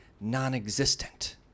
non-existent